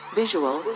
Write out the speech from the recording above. visual